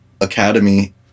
academy